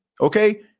okay